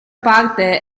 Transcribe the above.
parte